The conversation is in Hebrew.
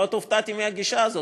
שמאוד הופתעתי מהגישה הזאת,